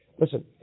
Listen